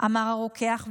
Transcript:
אמר הרוקח,